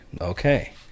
Okay